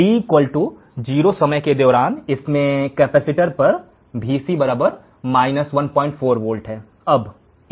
t 0 समय के दौरान इसमें कैपेसिटर पर Vc 14 वोल्ट है